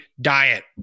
diet